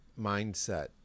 mindset